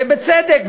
ובצדק,